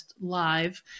live